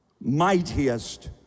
mightiest